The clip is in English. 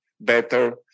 better